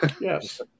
Yes